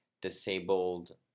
disabled